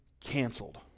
canceled